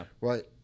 right